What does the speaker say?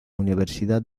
universidad